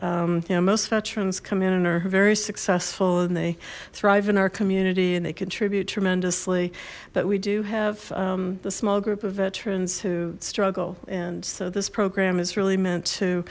veterans you know most veterans come in and are very successful and they thrive in our community and they contribute tremendously but we do have the small group of veterans who struggle and so this program is really meant to